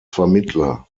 vermittler